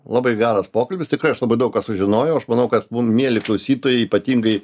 labai geras pokalbis tikrai aš labai daug ką sužinojau aš manau kad mum mieli klausytojai ypatingai